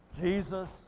Jesus